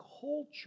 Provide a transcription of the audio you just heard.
culture